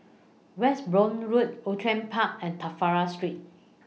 Westbourne Road Outram Park and Trafalgar Street